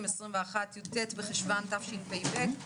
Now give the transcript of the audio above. י"ט בחשון תשפ"ב,